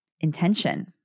intention